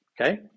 okay